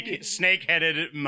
snake-headed